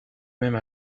même